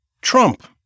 Trump